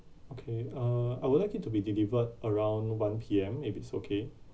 okay uh I would like it to be delivered around one P_M if it's okay